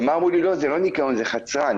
ואמרו לי לא, זה לא ניקיון, זה חצרן.